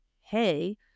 hey